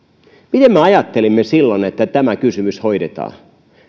miten me ajattelimme silloin että tämä kysymys hoidetaan